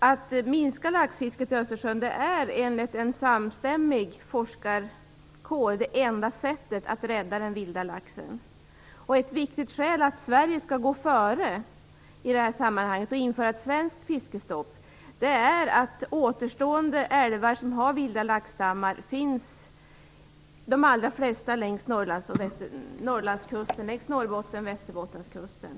Att minska laxfisket i Östersjön är enligt en samstämmig forskarkår det enda sättet att rädda den vilda laxen. Ett viktigt skäl till att Sverige skall gå före i det här sammanhanget och införa ett svenskt fiskestopp är att av de återstående älvar som har vilda laxstammar finns de allra flesta längs Norrbottens och Västerbottenskusten.